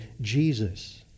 Jesus